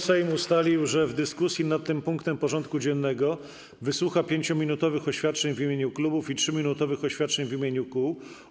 Sejm ustalił, że w dyskusji nad tym punktem porządku dziennego wysłucha 5-minutowych oświadczeń w imieniu klubów i 3-minutowych oświadczeń w imieniu kół.